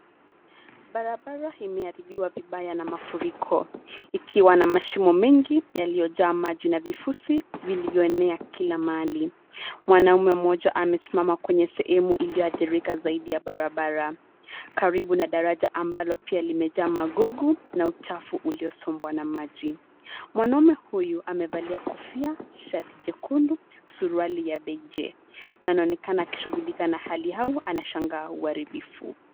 Barabara imeharibiwa vibaya na mafuriko. Ikiwa na mashimo mengi yaliyojaa maji na vifusi vilivyoenea kila mahali. Mwanaume mmoja amesimama kwenye sehemu iliyoadhirika zaidi ya barabara. Karibu na daraja ambalo pia limejaa magugu na uchafu uliosombwa na maji. Mwanaume huyu amevalia kofia, shati jekundu, suruali ya beige . Na anaonekana akishughulika na hali au anashangaa uharibifu.